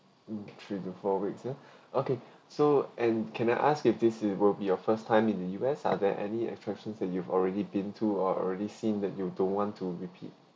mm three to four weeks ah okay so and can I ask if this is will be your first time in the U_S are there any attractions that you've already been to or already seen that you don't want to repeat